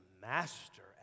master